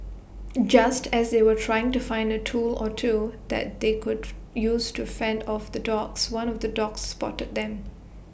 just as they were trying to find A tool or two that they could use to fend off the dogs one of the dogs spotted them